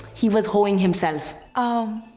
he was hoeing himself. oh.